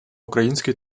український